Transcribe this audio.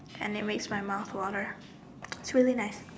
and it makes my mouth water it's really nice